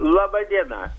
laba diena